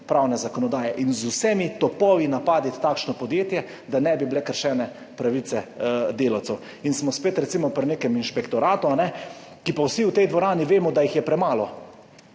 delovnopravne zakonodaje in z vsemi topovi napasti takšno podjetje, da ne bi bile kršene pravice delavcev. In smo recimo spet pri nekem inšpektoratu, kjer pa vsi v tej dvorani vemo, da jih je premalo.